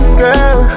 girl